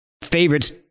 favorites